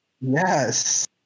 Yes